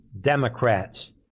Democrats